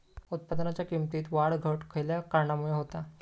उत्पादनाच्या किमतीत वाढ घट खयल्या कारणामुळे होता?